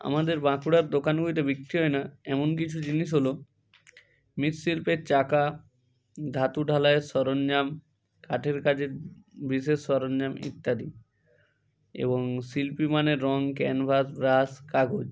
আমাদের বাঁকুড়ার দোকানগুলিতে বিক্রি হয় না এমন কিছু জিনিস হল মৃৎশিল্পের চাকা ধাতু ঢালাইয়ের সরঞ্জাম কাঠের কাজের বিশেষ সরঞ্জাম ইত্যাদি এবং শিল্পী মানে রং ক্যানভাস ব্রাশ কাগজ